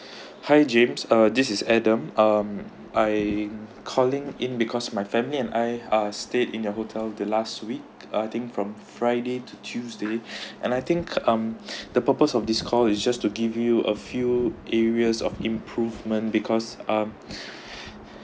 hi james uh this is adam um I calling in because my family and I are stayed in the hotel the last week I think from friday to tuesday and I think um the purpose of this call is just to give you a few areas of improvement because um